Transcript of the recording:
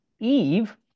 Eve